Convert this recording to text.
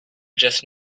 just